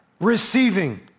receiving